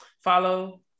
follow